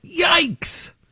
Yikes